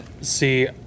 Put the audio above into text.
See